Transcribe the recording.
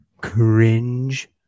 Cringe